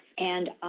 and